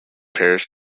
parish